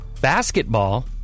Basketball